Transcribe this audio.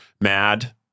mad